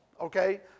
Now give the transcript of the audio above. Okay